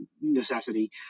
necessity